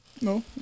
No